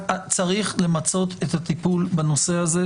צריך למצות את הטיפול בנושא זה.